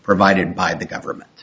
provided by the government